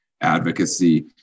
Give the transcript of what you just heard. advocacy